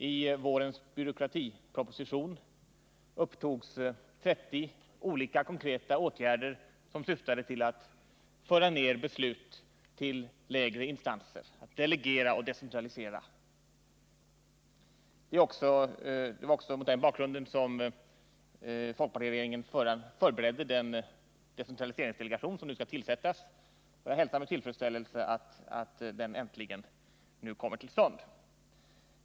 I vårens byråkratiproposition upptogs 30 olika, konkreta åtgärder som syftade till att föra ner beslut till lägre instanser, att delegera och decentralisera. Det var också mot den bakgrunden som folkpartiregeringen förberedde den decentraliseringsdelegation som nu skall tillsättas, och jag hälsar med tillfredsställelse att den äntligen kommer till stånd.